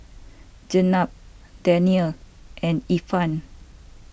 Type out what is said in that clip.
Jenab Danial and Irfan